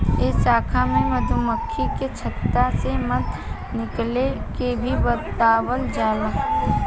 ए शाखा में मधुमक्खी के छता से मध निकाले के भी बतावल जाला